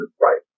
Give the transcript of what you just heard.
right